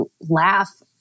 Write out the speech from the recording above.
laugh